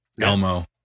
Elmo